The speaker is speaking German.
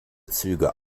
züge